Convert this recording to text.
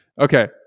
Okay